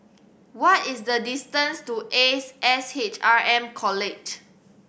what is the distance to Ace S H R M College